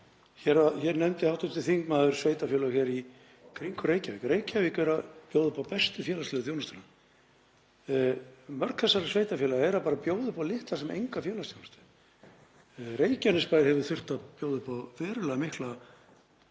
Hér nefndi hv. þingmaður sveitarfélög í kringum Reykjavík. Reykjavík er að bjóða upp á bestu félagslegu þjónustuna. Mörg þessara sveitarfélaga eru að bjóða upp á litla sem enga félagsþjónustu. Reykjanesbær hefur þurft að bjóða upp á verulega mikla